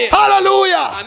Hallelujah